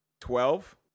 Twelve